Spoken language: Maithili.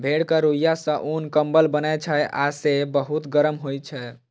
भेड़क रुइंया सं उन, कंबल बनै छै आ से बहुत गरम होइ छै